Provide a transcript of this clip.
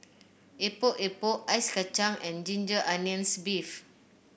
Epok Epok Ice Kacang and Ginger Onions beef